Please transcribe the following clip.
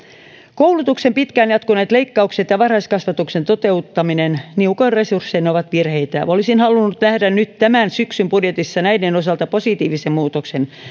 koulutuksen pitkään jatkuneet leikkaukset ja varhaiskasvatuksen toteuttaminen niukoin resurssein ovat virheitä olisin halunnut nähdä nyt tämän syksyn budjetissa näiden osalta positiivisen muutoksen